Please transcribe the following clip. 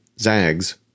zags